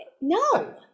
no